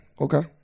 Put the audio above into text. Okay